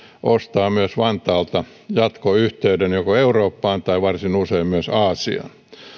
ostaa myös vantaalta jatkoyhteyden joko eurooppaan tai varsin usein myös aasiaan